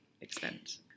extent